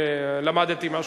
אני למדתי משהו.